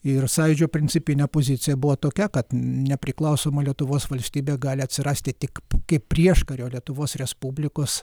ir sąjūdžio principinė pozicija buvo tokia kad nepriklausoma lietuvos valstybė gali atsirasti tik kaip prieškario lietuvos respublikos